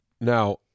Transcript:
now